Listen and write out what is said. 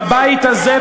בבית הזה,